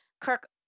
Kirk